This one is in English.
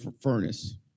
furnace